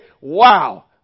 Wow